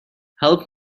help